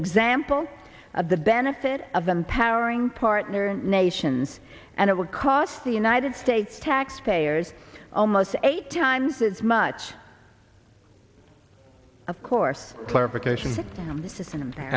example of the benefit of them powering partner nations and it would cost the united states taxpayers almost eight times as much of course